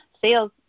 sales